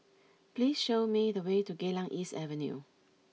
please show me the way to Geylang East Avenue